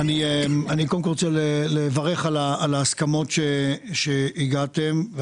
אני רוצה לברך על ההסכמות שעליהן הגעתם.